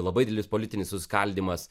labai didelis politinis susiskaldymas